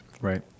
Right